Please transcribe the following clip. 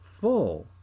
full